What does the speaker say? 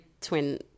twin